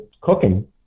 cooking